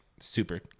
super